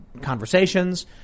conversations